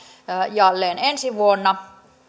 jälleen ensi vuonna